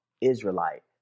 Israelite